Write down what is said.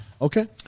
Okay